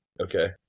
Okay